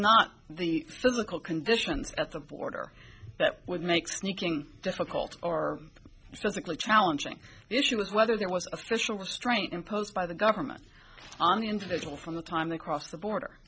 not the physical conditions at the border that would make sneaking difficult or specifically challenging the issue was whether there was a special restraint imposed by the government on the individual from the time they crossed the border